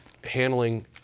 handling